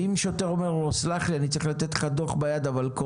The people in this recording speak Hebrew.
אם שוטר אומר לו שהוא צריך לתת לו דוח ביד אבל מאחר